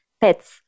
pets